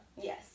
Yes